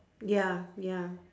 ya ya